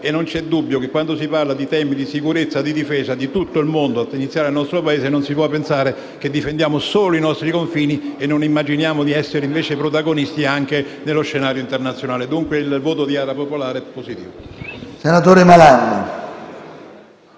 e non c'è dubbio che quando si parla dei temi della sicurezza e della difesa di tutto il mondo, ad iniziare dal nostro Paese, non si può pensare di difendere solo i nostri confini senza immaginare di essere, invece, protagonisti anche dello scenario internazionale. Il voto del Gruppo Area Popolare